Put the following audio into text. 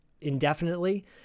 indefinitely